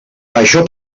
això